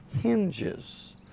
hinges